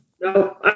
no